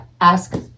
ask